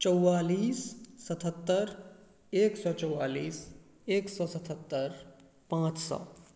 चौवालिस सतहत्तरि एक सए चौवालिस एक सए सतहत्तरि पाँच सए